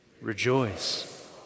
rejoice